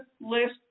list